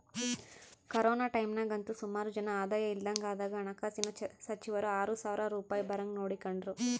corona ಟೈಮ್ನಾಗಂತೂ ಸುಮಾರು ಜನ ಆದಾಯ ಇಲ್ದಂಗಾದಾಗ ಹಣಕಾಸಿನ ಸಚಿವರು ಆರು ಸಾವ್ರ ರೂಪಾಯ್ ಬರಂಗ್ ನೋಡಿಕೆಂಡ್ರು